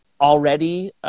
already